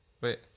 Wait